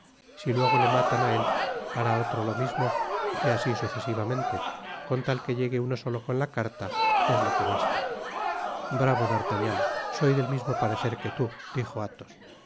si luego le matan á él hará otro lo mismo y así sucesivamente con tal que llegue uno solo con la carta es lo que basta bravo d'artagnan soy del mismo parecer que tú dijo athos